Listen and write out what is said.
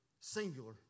Singular